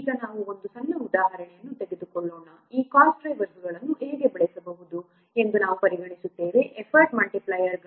ಈಗ ನಾವು ಒಂದು ಸಣ್ಣ ಉದಾಹರಣೆಯನ್ನು ತೆಗೆದುಕೊಳ್ಳೋಣ ಈ ಕಾಸ್ಟ್ ಡ್ರೈವರ್ಸ್ಗಳನ್ನು ಹೇಗೆ ಬಳಸುವುದು ಎಂದು ನಾವು ಪರಿಗಣಿಸುತ್ತೇವೆ ಎಫರ್ಟ್ ಮಲ್ಟಿಪ್ಲೈಯರ್ಗಳು